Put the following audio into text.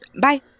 Bye